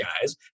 guys